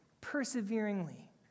perseveringly